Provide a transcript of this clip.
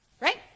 Right